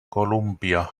colombia